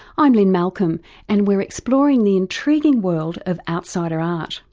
i'm lynne malcolm and we're exploring the intriguing world of outsider art.